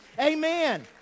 Amen